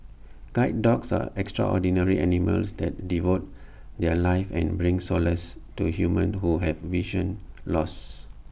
guide dogs are extraordinary animals that devote their lives and bring solace to humans who have vision loss